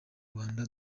rwanda